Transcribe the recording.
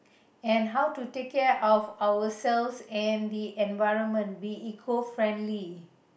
and how to take care of ourselves and the environment be eco friendly